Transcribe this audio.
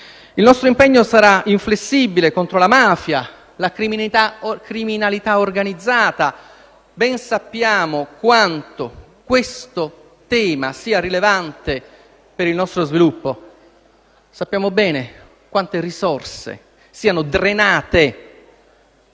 Il nostro impegno sarà inflessibile contro la mafia e la criminalità organizzata; ben sappiamo quanto questo tema sia rilevante per il nostro sviluppo. Sappiamo bene quante risorse siano drenate